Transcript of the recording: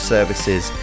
Services